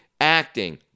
acting